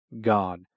God